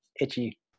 itchy